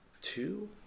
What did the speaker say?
two